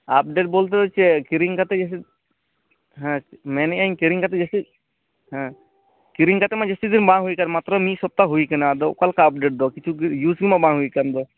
update ᱵᱚᱞᱛᱮ ᱫᱚ ᱪᱮᱫ ᱠᱤᱨᱤᱧ ᱠᱟᱛᱮ ᱜᱮᱥᱮ ᱦᱮᱸ ᱢᱮᱱᱮᱜᱟᱹᱧ ᱠᱤᱨᱤᱧ ᱠᱟᱛᱮ ᱡᱟᱹᱥᱛᱤ ᱦᱮᱸ ᱠᱤᱨᱤᱧ ᱠᱟᱛᱮᱢᱟ ᱡᱟᱹᱥᱛᱤ ᱫᱤᱱ ᱵᱟᱝ ᱦᱩᱭᱟᱱᱟᱢ ᱢᱟᱛᱨᱚ ᱢᱤᱫ ᱥᱚᱯᱛᱟ ᱦᱚ ᱦᱩᱭᱟᱠᱟᱱᱟ ᱟᱫᱚ ᱚᱠᱟ ᱞᱮᱠᱟ ᱟᱯᱰᱮᱴ ᱫᱚ ᱠᱤᱪᱷᱩ ᱤᱭᱩᱡᱽ ᱢᱟ ᱵᱟᱝ ᱦᱩᱭᱟᱠᱟᱱ ᱫᱚ